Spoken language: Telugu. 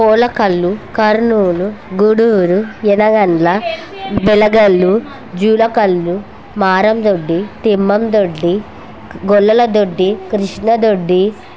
పొలకళ్ళు కర్నూలు గూడూరు ఎనగండ్ల బెలగళ్ల జూలకళ్ల్ళు మారందొడ్డి తిమ్మం దొడ్డి గొల్లలదొడ్డి కృష్ణదొడ్డి